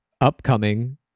upcoming